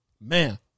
man